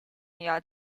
镇压